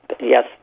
yes